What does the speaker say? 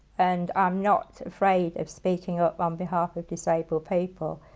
and i'm not afraid of speaking of um behalf of disabled people.